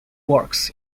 works